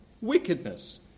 wickedness